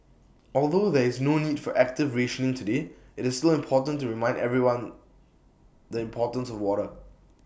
although there is no need for active rationing today IT is still important to remind everyone the importance of water